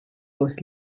gos